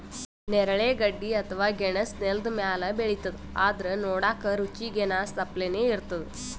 ನೇರಳೆ ಗಡ್ಡಿ ಅಥವಾ ಗೆಣಸ್ ನೆಲ್ದ ಮ್ಯಾಲ್ ಬೆಳಿತದ್ ಆದ್ರ್ ನೋಡಕ್ಕ್ ರುಚಿ ಗೆನಾಸ್ ಅಪ್ಲೆನೇ ಇರ್ತದ್